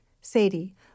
Sadie